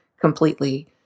completely